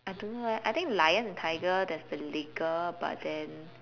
I don't know leh I think lion and tiger there's the liger but then